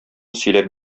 сөйләп